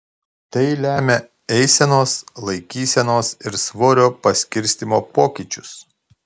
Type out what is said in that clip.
tai lemia eisenos laikysenos ir svorio paskirstymo pokyčius